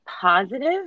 positive